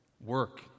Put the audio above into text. work